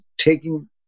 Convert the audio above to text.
taking